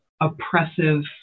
oppressive